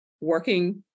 working